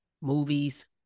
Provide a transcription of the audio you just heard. movies